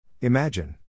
Imagine